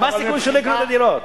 מה הסיכון שלא יקנו את הדירות?